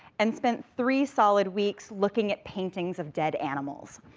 and spent three solid weeks looking at paintings of dead animals,